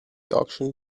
auction